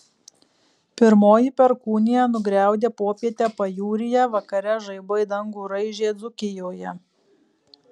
pirmoji perkūnija nugriaudė popietę pajūryje vakare žaibai dangų raižė dzūkijoje